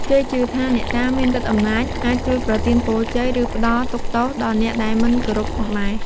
គេជឿថាអ្នកតាមានឫទ្ធិអំណាច អាចជួយប្រទានពរជ័យ ឬផ្ដល់ទុក្ខទោសដល់អ្នកដែលមិនគោរពផងដែរ។